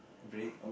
break